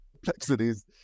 complexities